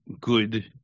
good